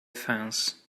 fence